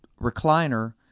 recliner